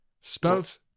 Spelt